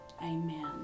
Amen